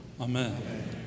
Amen